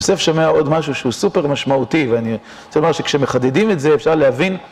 אני בסוף שומע עוד משהו שהוא סופר משמעותי, ואני הייתי אומר שכשמחדדים את זה אפשר להבין.